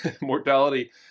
mortality